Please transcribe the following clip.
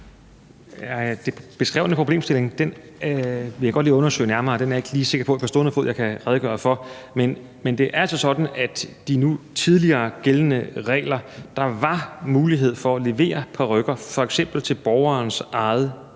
Den beskrevne problemstilling vil jeg godt lige undersøge nærmere, for den er jeg ikke sikker på at jeg på stående fod kan redegøre for. Men det er altså sådan, at under de nu tidligere gældende regler var der mulighed for at levere parykker, f.eks. til borgerens eget